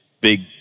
big